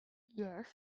yes